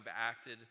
acted